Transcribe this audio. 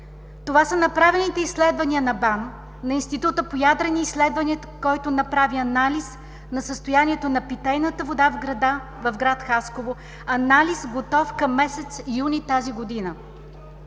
на науките (БАН), на Института по ядрени изследвания, който направи анализ на състоянието на питейната вода в гр. Хасково. Анализ, готов към месец юни тази година.